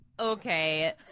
Okay